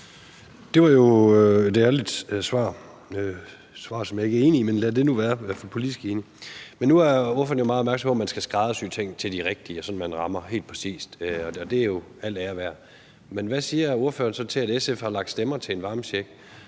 Det var jo et ærligt svar – et svar, som jeg ikke er enig i, i hvert fald ikke politisk enig i, men lad nu det være. Men nu er ordføreren jo meget opmærksom på, at man skal skræddersy tingene til de rigtige, sådan at man rammer helt præcist, og det er jo al ære værd. Men hvad siger ordføreren så til, at SF har lagt stemmer til en varmecheck,